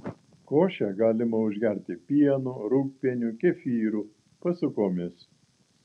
košę galima užgerti pienu rūgpieniu kefyru pasukomis